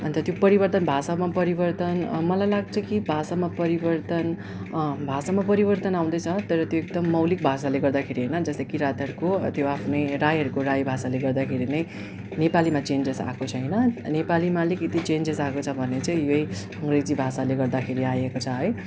अन्त त्यो परिवर्तन भाषामा परिवर्तन मलाई लाग्छ कि भाषामा परिवर्तन भाषामा परिवर्तन आउँदैछ तर त्यो एकदम मौलिक भाषाले गर्दाखेरि होइन जस्तो कि किराँतहरूको त्यो आफ्नै राईहरूको राई भाषाले गर्दाखेरि नै नेपालीमा चेन्जेस आएको छैन नेपालीमा अलिकति चेन्जेस आएको छ भने चाहिँ यही भाषाले गर्दाखेरि आएको छ है